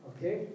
Okay